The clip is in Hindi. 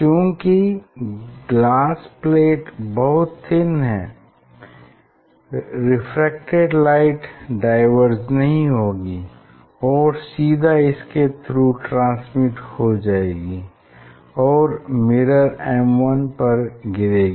चूँकि ग्लास प्लेट बहुत थिन है रेफ्रेक्टेड लाइट डाईवर्ज नहीं होगी और सीधा इसके थ्रू ट्रांसमिट हो जाएंगी और मिरर M1 पर गिरेगी